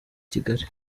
kigali